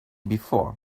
before